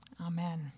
Amen